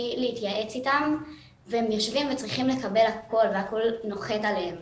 להתייעץ איתם והם יושבים וצריכים לקבל הכל והכל נוחת עליהם.